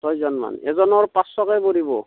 ছয়জনমান এজনৰ পাঁচশকে পৰিব